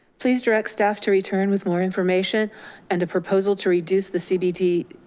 please direct staff to return with more information and a proposal to reduce the cbt,